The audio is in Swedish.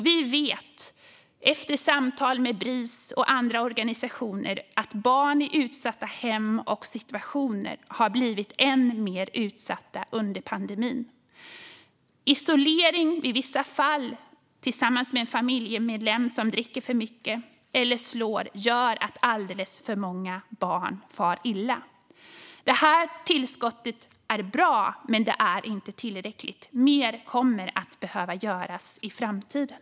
Vi vet, efter samtal med Bris och andra organisationer, att barn i utsatta hem och situationer har blivit än mer utsatta under pandemin. Isolering, i vissa fall tillsammans med en familjemedlem som dricker för mycket eller slår, gör att alldeles för många barn far illa. Tillskottet i budgeten är bra, men det är inte tillräckligt. Mer kommer att behöva göras i framtiden.